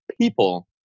people